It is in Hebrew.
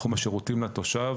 תחום השירותים לתושב,